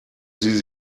sie